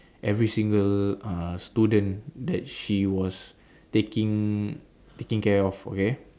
every single uh student that she was taking taking care of okay